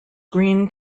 green